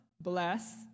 bless